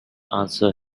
answer